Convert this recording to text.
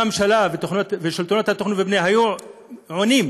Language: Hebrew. הממשלה ושלטונות התכנון והבנייה היו עונים,